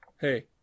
hey